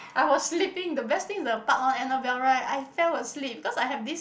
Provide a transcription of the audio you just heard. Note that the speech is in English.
I was sleeping the best thing is the part one Annabelle right I fell asleep because I have this